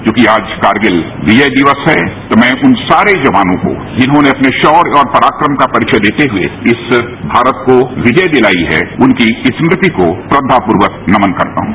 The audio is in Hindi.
क्योंकि आज करगिल विजय दिवस है तो मैं उन सारे जवानों को जिन्होंने अपने शौर्य और पराक्रम का परिचय देते हुए इस भारत को विजय दिलाई है उनकी स्मृति को श्रद्वापूर्वक नमन करता हूं